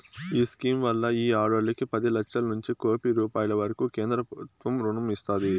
ఈ స్కీమ్ వల్ల ఈ ఆడోల్లకి పది లచ్చలనుంచి కోపి రూపాయిల వరకూ కేంద్రబుత్వం రుణం ఇస్తాది